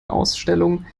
ausstellung